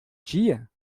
dia